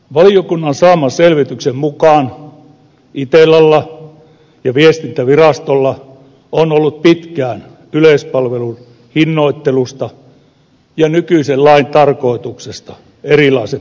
valiokunnan saaman selvityksen mukaan itellalla ja viestintävirastolla on ollut pitkään yleispalvelun hinnoittelusta ja nykyisen lain tarkoituksesta erilaiset näkemykset